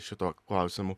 šituo klausimu